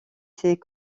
ses